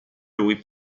lui